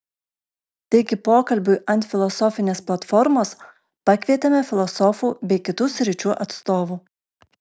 taigi pokalbiui ant filosofinės platformos pakvietėme filosofų bei kitų sričių atstovų